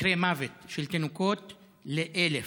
מקרי מוות, של תינוקות ל-1,000.